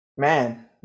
Man